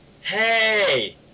Hey